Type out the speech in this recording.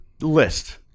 list